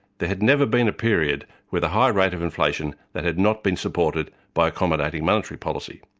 there had never been a period with a high rate of inflation that had not been supported by accommodating monetary policy.